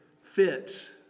fits